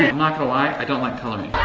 and not gonna lie, i don't like coloring.